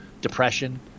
depression